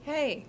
Hey